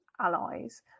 allies